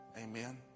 Amen